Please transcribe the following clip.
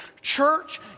Church